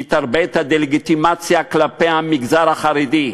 היא תרבה את הדה-לגיטימציה כלפי המגזר החרדי,